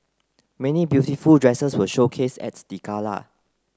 many beautiful dresses were showcased at the gala